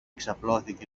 ξαπλώθηκε